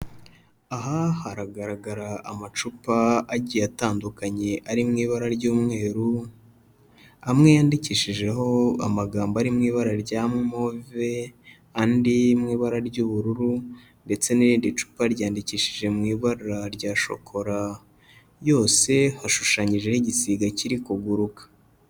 Aha haragaragara amacupa agiye atandukanye ari mu ibara ry'umweru, amwe yanyandikishijeho amagambo ari mu ibara rya move, andi mu ibara ry'ubururu ndetse n'irindi cupa ryandikishije mu ibara rya shokora, yose hashushanyijeho igisiga kiri kuguruka.